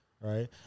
right